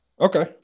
Okay